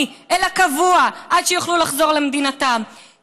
אלא קבוע עד שיוכלו לחזור אל מדינתם,